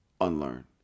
unlearn